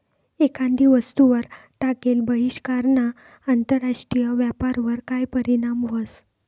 एखादी वस्तूवर टाकेल बहिष्कारना आंतरराष्ट्रीय व्यापारवर काय परीणाम व्हस?